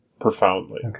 profoundly